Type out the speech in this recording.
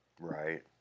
right